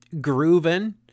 grooving